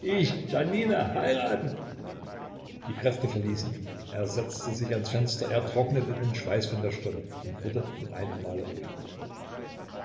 ich janina heiraten die kräfte verließen ihn er setzte sich ans fenster er trocknete sich den schweiß von der stirne und wurde mit einem mal ruhig